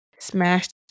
smashed